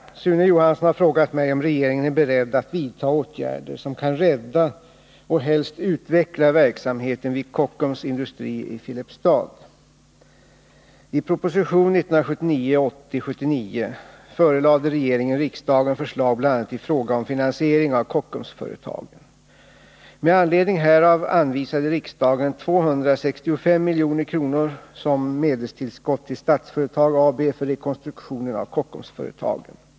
Herr talman! Sune Johansson har frågat mig om regeringen är beredd att vidta åtgärder som kan rädda och helst utveckla verksamheten vid Kockums Industri i Filipstad. att rädda verksamheten vid rekonstruktion av Kockumsföretagen.